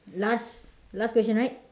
last last question right